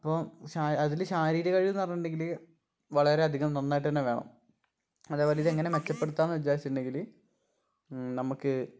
അപ്പോൾ ശാ അതില് ശാരീരിക കഴിവ് എന്ന് പറഞ്ഞിട്ടുണ്ടെങ്കില് വളരെയധികം നന്നായിട്ട് തന്നെ വേണം അതേപോലെ ഇതെങ്ങനെ മെച്ചപ്പെടുത്താമെന്ന് വിചാരിച്ചിട്ടുണ്ടെങ്കിൽ നമുക്ക്